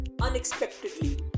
unexpectedly